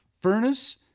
Furnace